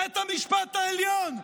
בית המשפט העליון,